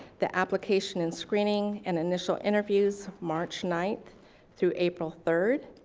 the application and screening and initial interviews, march ninth through april third,